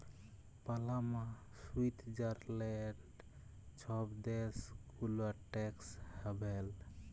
Panama, Switzerland ছব দ্যাশ গুলা ট্যাক্স হ্যাভেল